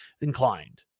inclined